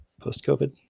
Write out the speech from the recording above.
post-COVID